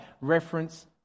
reference